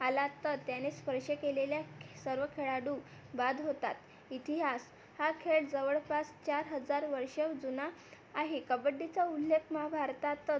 आला तर त्याने स्पर्श केलेल्या सर्व खेळाडू बाद होतात इतिहास हा खेळ जवळपास चार हजार वर्षं जुना आहे कबड्डीचा उल्लेख महाभारतातच